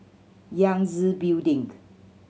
Yangtze Building